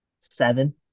seven